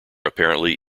apparently